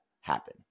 happen